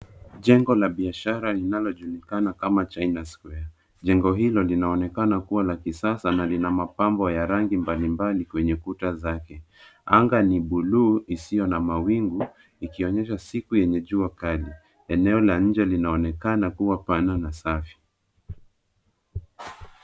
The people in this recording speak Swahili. Jengo la biashara linalojulikana kama China Square. Jengo hilo linaonekana kuwa la kisasa na lina mapambo ya rangi mbalimbali kwenye kuta zake. Anga ni buluu isiyo na mawingu ikionyesha siku yenye jua kazi. Eneo la nje linaonekana kuwa pana na safi.